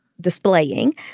displaying